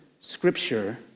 scripture